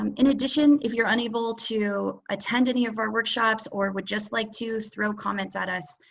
um in addition, if you're unable to attend any of our workshops or would just like to throw comments at us.